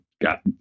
got